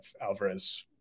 Alvarez